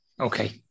Okay